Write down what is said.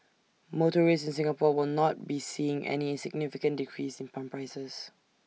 motorists in Singapore will not be seeing any significant decrease in pump prices